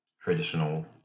traditional